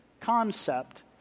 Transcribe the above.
Concept